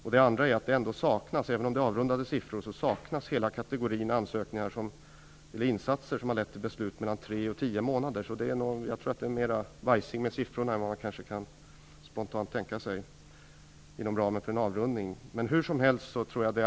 Även om siffrorna är avrundade saknas hela kategorin insatser som har lett till beslut inom tre till tio månader. Jag tror att det är större fel på siffrorna än man spontant kanske kan tänka sig inom ramen för en avrundning.